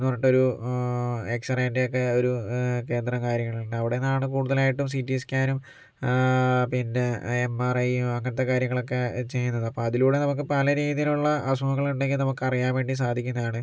എന്നു പറഞ്ഞിട്ടൊരു എക്സ്റേൻ്റൊക്കെ ഒരു കേന്ദ്രം കാര്യങ്ങളുണ്ട് അവിടുന്നാണ് കൂടുതലായിട്ടും സി റ്റി സ്കാനും പിന്നെ എം ആർ ഐയും അങ്ങനത്തെ കാര്യങ്ങളൊക്കെ ചെയ്യുന്നത് അപ്പം അതിലൂടെ നമുക്ക് പല രീതിലുള്ള അസുഖങ്ങളുണ്ടെങ്കിൽ നമുക്ക് അറിയാൻ വേണ്ടിട്ട് സാധിക്കുന്നതാണ്